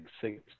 six